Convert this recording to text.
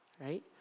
Right